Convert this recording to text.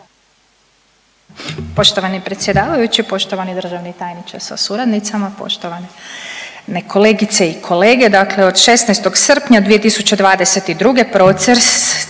Poštovani predsjedavajući, poštovani državni tajniče sa suradnicima, poštovane kolegice i kolege. Dakle, od 16. srpnja 2022. proces